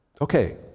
Okay